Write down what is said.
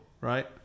Right